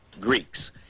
greeks